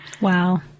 Wow